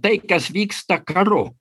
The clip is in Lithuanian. tai kas vyksta karu